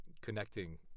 connecting